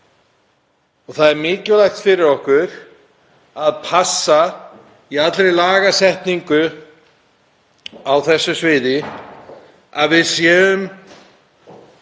Það er mikilvægt fyrir okkur að passa, í allri lagasetningu á þessu sviði, að við séum